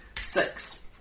Six